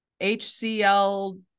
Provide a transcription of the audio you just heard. HCL